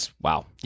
wow